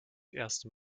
erste